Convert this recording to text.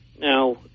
Now